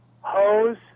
Hose